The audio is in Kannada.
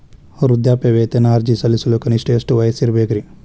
ವೃದ್ಧಾಪ್ಯವೇತನ ಅರ್ಜಿ ಸಲ್ಲಿಸಲು ಕನಿಷ್ಟ ಎಷ್ಟು ವಯಸ್ಸಿರಬೇಕ್ರಿ?